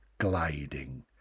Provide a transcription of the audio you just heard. gliding